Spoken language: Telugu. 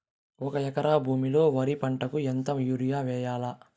ఒక ఎకరా భూమిలో వరి పంటకు ఎంత యూరియ వేయల్లా?